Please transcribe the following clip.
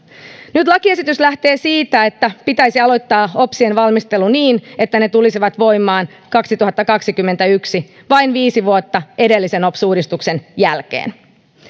nyt lakiesitys lähtee siitä että pitäisi aloittaa opsien valmistelu niin että ne tulisivat voimaan kaksituhattakaksikymmentäyksi vain viisi vuotta edellisen ops uudistuksen jälkeen